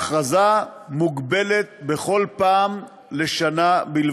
שההכרזה מוגבלת בכל פעם בשנה.